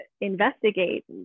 investigate